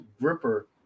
gripper